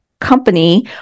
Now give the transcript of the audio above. company